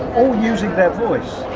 all using their voice.